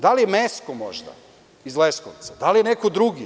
Da li je možda Mesko iz Leskovca, da li je neko drugi?